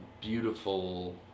beautiful